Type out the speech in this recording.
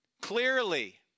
Clearly